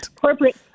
corporate